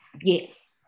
Yes